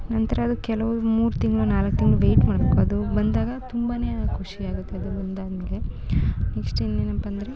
ನಂತರ ಅದು ಕೆಲವು ಮೂರು ತಿಂಗ್ಳು ನಾಲ್ಕು ತಿಂಗ್ಳಳು ವೇಯ್ಟ್ ಮಾಡಬೇಕು ಅದು ಬಂದಾಗ ತುಂಬನೇ ಖುಷಿಯಾಗುತ್ತೆ ಅದು ಬಂದಾದ್ಮೇಲೆ ನೆಕ್ಸ್ಟ್ ಇನ್ನೇನಪ್ಪ ಅಂದ್ರೆ